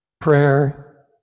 prayer